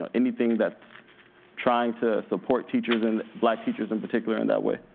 ah anything that's trying to support teachers and black teachers in particular in that way.